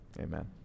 amen